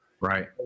Right